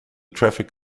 traffic